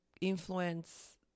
influence